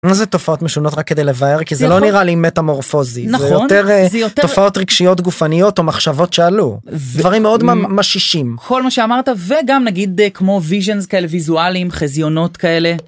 איזה תופעות משונות רק כדי לבאר כי זה לא נראה לי מטמורפוזי זה יותר תופעות רגשיות גופניות או מחשבות שעלו דברים מאוד משישים כל מה שאמרת וגם נגיד כמו ויז'אנס כאלה ויזואלים חזיונות כאלה.